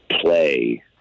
play